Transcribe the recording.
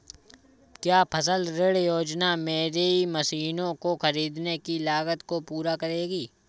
क्या फसल ऋण योजना मेरी मशीनों को ख़रीदने की लागत को पूरा करेगी?